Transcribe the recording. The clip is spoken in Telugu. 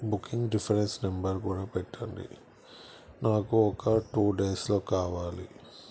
బుకింగ్ రిఫరెన్స్ నెంబర్ కూడా పెట్టండి నాకు ఒక టూ డేస్లో కావాలి